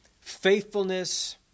faithfulness